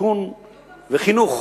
שיכון וחינוך,